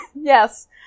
Yes